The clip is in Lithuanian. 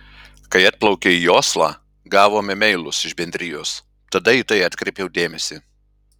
kai atplaukė į oslą gavom e mailus iš bendrijos tada į tai atkreipiau dėmesį